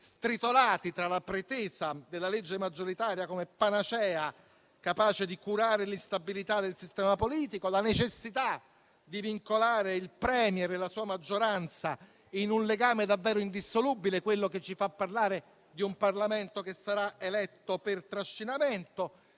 stritolati tra la pretesa della legge maggioritaria come panacea capace di curare l'instabilità del sistema politico e la necessità di vincolare il *Premier* e la sua maggioranza in un legame davvero indissolubile. Legame che ci fa parlare di un Parlamento che sarà eletto per trascinamento,